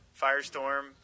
Firestorm